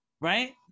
Right